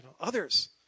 Others